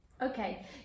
Okay